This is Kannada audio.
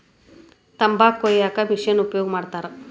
ತಂಬಾಕ ಕೊಯ್ಯಾಕು ಮಿಶೆನ್ ಉಪಯೋಗ ಮಾಡತಾರ